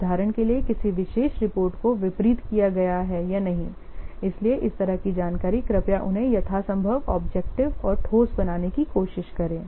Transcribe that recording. उदाहरण के लिए किसी विशेष रिपोर्ट को वितरित किया गया है या नहीं इसलिए इस तरह की जानकारी कृपया उन्हें यथासंभव ऑब्जेक्टिव और ठोस बनाने की कोशिश करें